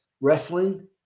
wrestling